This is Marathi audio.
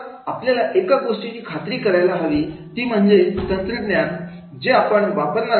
तर आपल्याला एका गोष्टीची खात्री करायला हवी ती म्हणजे तंत्रज्ञान जे आपण वापरणार आहोत